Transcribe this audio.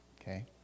okay